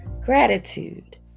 Gratitude